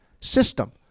system